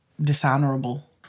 dishonorable